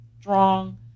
strong